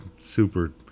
super